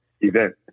event